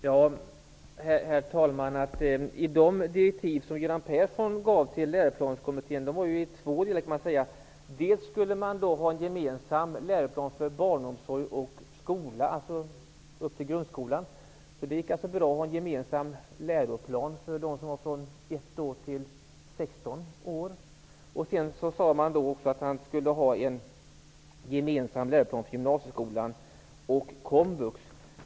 Herr talman! Man kan säga att de direktiv som Göran Persson gav till Läroplanskommittén kunde delas upp i två delar. Det skulle finnas en gemensam läroplan för barnomsorg och grundskola -- det gick alltså bra att ha en gemensam läroplan för dem som var mellan 1 och 16 år. Dessutom sade han att det skulle vara en gemensam läroplan för gymnasieskolan och komvux.